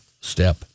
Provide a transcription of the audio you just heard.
step